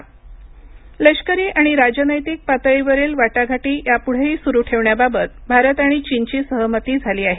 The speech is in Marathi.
एमईए लष्करी आणि राजनैतिक पातळीवरील वाटाघाटी यापुढेही सुरु ठेवण्याबाबत भारत आणि चीनची सहमती झाली आहे